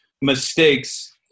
mistakes